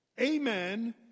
amen